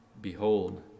Behold